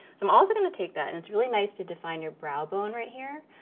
so i'm also gonna take that, and it's really nice to define your brow bone right here.